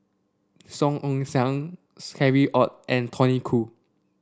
Song Ong Siang Harry Ord and Tony Khoo